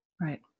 right